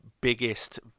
biggest